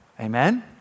amen